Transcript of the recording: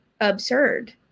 absurd